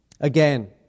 Again